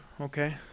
okay